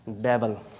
devil